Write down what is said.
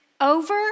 over